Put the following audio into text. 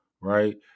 right